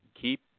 Keep